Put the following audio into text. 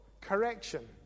correction